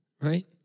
right